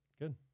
Good